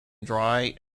dry